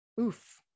Oof